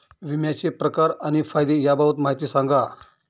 विम्याचे प्रकार आणि फायदे याबाबत माहिती सांगा